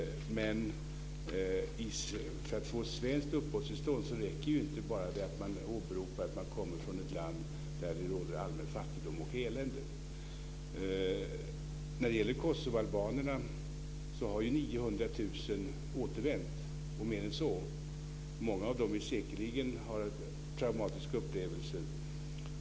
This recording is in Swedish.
För att få svenskt uppehållstillstånd räcker det alltså inte med att bara åberopa att man kommer från ett land där det råder allmän fattigdom och elände. 900 000 kosovoalbaner har återvänt, och fler än så. Många av dem har säkerligen traumatiska upplevelser.